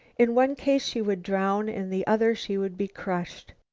in one case she would drown, in the other she would be crushed.